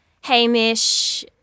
Hamish